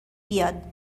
بیاد